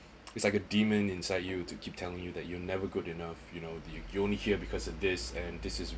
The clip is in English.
it's like a demon inside you to keep telling you that you'll never good enough you know the only here because this and this is